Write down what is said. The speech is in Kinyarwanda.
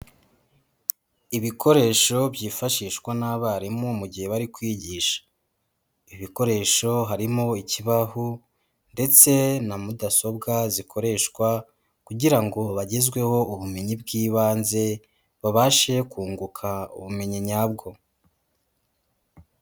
Ibikoresho byifashishwa n'abarimu mu gihe bari kwigisha. Ibi bikoresho harimo ikibaho, ndetse na mudasobwa zikoreshwa, kugira ngo bagezweho ubumenyi bw'ibanze, babashe kunguka ubumenyi nyabwo.